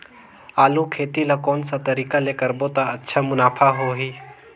आलू खेती ला कोन सा तरीका ले करबो त अच्छा मुनाफा होही?